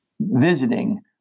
visiting